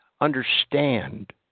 understand